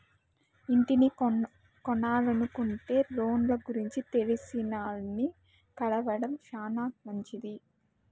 ఇంటిని కొనలనుకుంటే లోన్ల గురించి తెలిసినాల్ని కలవడం శానా మంచిది